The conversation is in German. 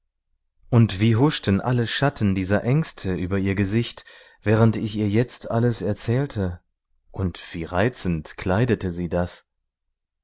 und wie huschten alle schatten dieser ängste über ihr gesicht während ich ihr jetzt alles erzählte und wie reizend kleidete sie das